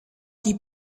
die